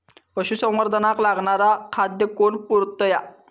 पशुसंवर्धनाक लागणारा खादय कोण पुरयता?